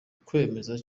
kwemeza